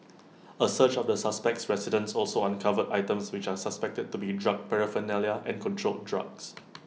A search of the suspect's residence also uncovered items which are suspected to be drug paraphernalia and controlled drugs